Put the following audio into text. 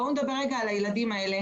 בואו נדבר על הילדים האלה